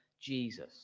Jesus